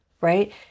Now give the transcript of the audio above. right